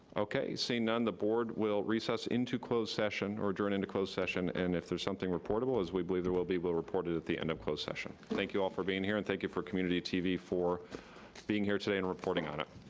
okay, seeing none, the board will recess into closed session, or adjourn into closed session. and if there's something reportable, as we believe there will be, we'll report it at the end of closed session. thank you all for being here, and thank you for community tv for being here today and reporting on it.